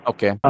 Okay